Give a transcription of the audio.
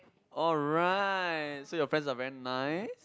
alright so your friends are very nice